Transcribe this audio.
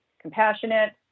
compassionate